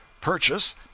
purchase